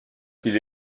qu’il